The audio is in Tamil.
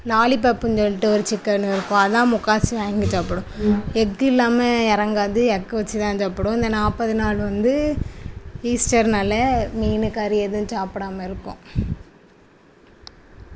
லாலிபாப்னு சொல்லிட்டு ஒரு சிக்கன் இருக்கும் அதான் முக்கால்வாசி வாங்கி சாபிடுவோம் எக் இல்லாமல் இறங்காது எக் வச்சு தான் சாப்பிடுவோம் இந்த நாற்பது நாள் வந்து ஈஸ்டரினால மீன் கறி எதுவும் சாப்பிடாம இருக்கோம்